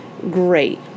Great